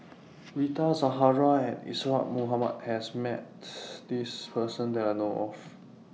Rita Zahara and Isadhora Mohamed has Met This Person that I know of